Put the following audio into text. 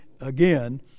again